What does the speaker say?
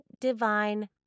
divine